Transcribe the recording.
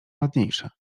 ładniejsze